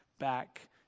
back